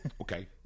Okay